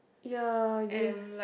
ya